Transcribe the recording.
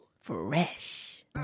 Fresh